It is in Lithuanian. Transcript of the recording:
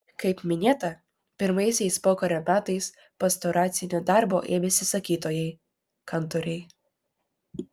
kaip minėta pirmaisiais pokario metais pastoracinio darbo ėmėsi sakytojai kantoriai